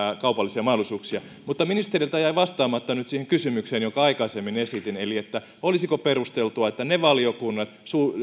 kaupallisia mahdollisuuksia mutta ministeriltä jäi vastaamatta siihen kysymykseen jonka aikaisemmin esitin eli olisiko perusteltua että ne valiokunnat